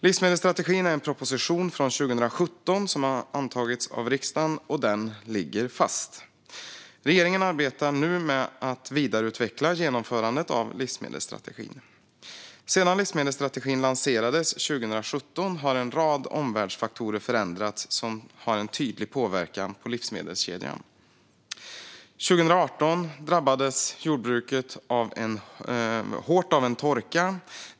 Livsmedelsstrategin är en proposition från 2017 som har antagits av riksdagen, och den ligger fast. Regeringen arbetar nu med att vidareutveckla genomförandet av livsmedelsstrategin. Sedan livsmedelsstrategin lanserades 2017 har en rad omvärldsfaktorer som har en tydlig påverkan på livsmedelskedjan förändrats. År 2018 drabbades jordbruket hårt av torka.